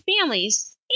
families